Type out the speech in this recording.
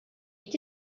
est